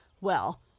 Well